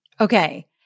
Okay